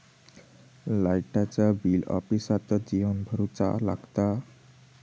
लाईटाचा बिल ऑफिसातच येवन भरुचा लागता?